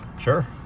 Sure